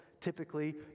typically